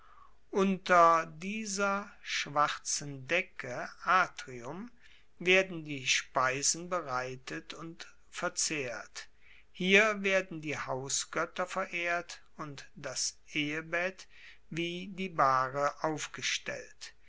unter dieser schwarzen decke atrium werden die speisen bereitet und verzehrt hier werden die hausgoetter verehrt und das ehebett wie die bahre aufgestellt